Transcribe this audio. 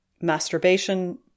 Masturbation